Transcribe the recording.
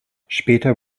später